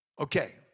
Okay